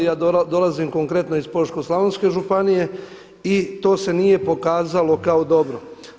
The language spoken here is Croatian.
Ja dolazim konkretno iz Požeško-slavonske županije i to se nije pokazalo kao dobro.